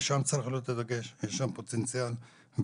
אז לשם צריך להיות הדגש, יש שם פוטנציאל וצריך